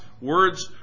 words